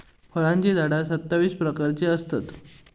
फळांची झाडा सत्तावीस प्रकारची असतत